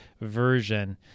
version